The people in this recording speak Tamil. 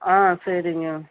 ஆ சரிங்க